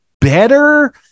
better